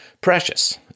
precious